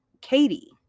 Katie